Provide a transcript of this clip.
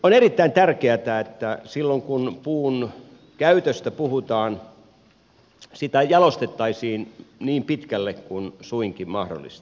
on erittäin tärkeätä että silloin kun puun käytöstä puhutaan sitä jalostettaisiin niin pitkälle kuin suinkin mahdollista